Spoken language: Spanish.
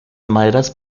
maderas